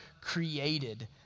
created